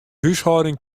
húshâlding